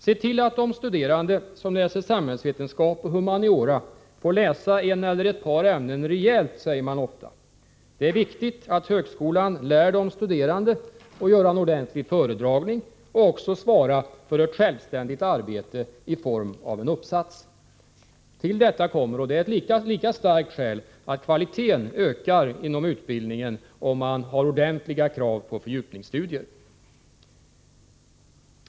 ”Se till att de studerande som läser samhällsvetenskap och humaniora får läsa ett eller ett par ämnen rejält”, säger man ofta. Det är viktigt att högskolan lär de studerande att göra en ordentlig föredragning och också att svara för ett självständigt arbete i form av en uppsats. Till detta kommer — och det är ett lika starkt argument — att kvaliteten ökar inom utbildningen om man har ordentliga krav på fördjupningsstudier.